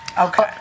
Okay